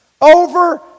over